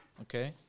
okay